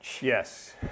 Yes